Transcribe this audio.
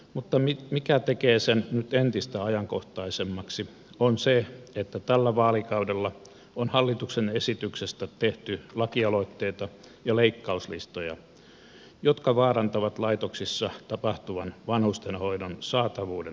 mutta mikä tekee sen nyt entistä ajankohtaisemmaksi on se että tällä vaalikaudella on hallituksen esityksestä tehty laki aloitteita ja leikkauslistoja jotka vaarantavat laitoksissa tapahtuvan vanhustenhoidon saatavuuden riittävyyden